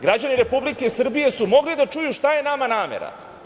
Građani Republike Srbije su mogli da čuju šta je nama namera.